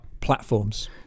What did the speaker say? platforms